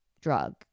drug